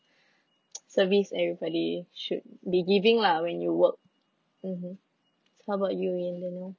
service everybody should be giving lah when you work mmhmm how about you ian do you know